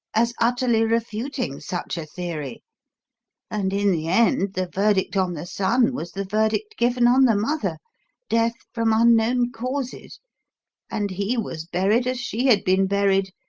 as utterly refuting such a theory and in the end the verdict on the son was the verdict given on the mother death from unknown causes and he was buried as she had been buried,